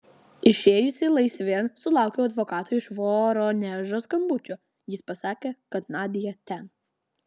išėjusi laisvėn sulaukiau advokato iš voronežo skambučio jis pasakė kad nadia ten